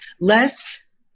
Less